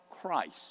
Christ